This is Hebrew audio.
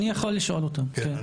אני יכול לשאול אותם בהחלט.